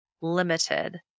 limited